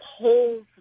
polls